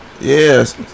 Yes